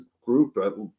group